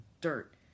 dirt